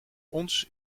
ons